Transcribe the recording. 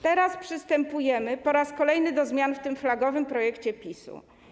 Teraz przystępujemy po raz kolejny do zmian w tym flagowym projekcie PiS-u.